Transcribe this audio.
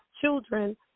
children